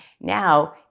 now